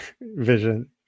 vision